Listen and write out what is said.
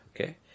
Okay